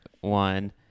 one